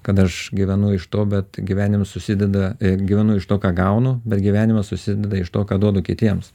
kad aš gyvenu iš to bet gyvenimas susideda gyvenu iš to ką gaunu bet gyvenimas susideda iš to ką duodu kitiems